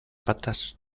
patas